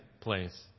place